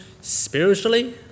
spiritually